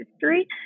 history